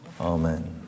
Amen